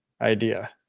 idea